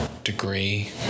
degree